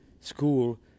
school